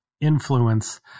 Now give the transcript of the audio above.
influence